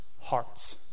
hearts